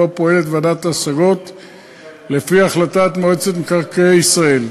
פועלת ועדת ההשגות לפי החלטת מועצת מקרקעי ישראל.